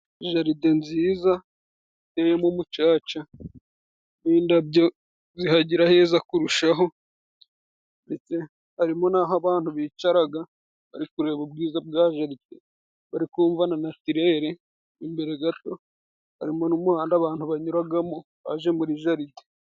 Garide nziza, iteyemo umumucaca, n'indabyo zihagira aheza kurushaho, harimo naho abantu bicara bari kureba ubwiza bwa garide, barikumva na natirere, imbere gato harimo umuhanda abantu banyuramo baje muri jaride.